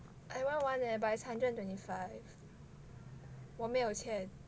I want one leh but it's hundred and twenty five 我没有钱